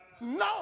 No